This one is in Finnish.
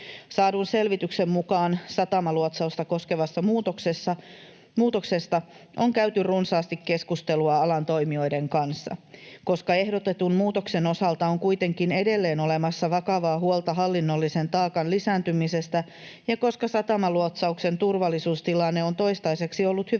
Saadun selvityksen mukaan satamaluotsausta koskevasta muutoksesta on käyty runsaasti keskustelua alan toimijoiden kanssa. Koska ehdotetun muutoksen osalta on kuitenkin edelleen olemassa vakavaa huolta hallinnollisen taakan lisääntymisestä ja koska satamaluotsauksen turvallisuustilanne on toistaiseksi ollut hyvällä